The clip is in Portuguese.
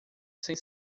sem